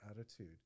attitude